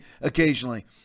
occasionally